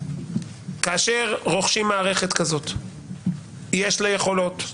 כאשר רוכשים מערכת כזאת, יש לה יכולות.